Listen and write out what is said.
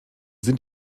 sind